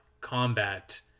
combat